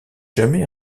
jamais